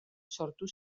sortu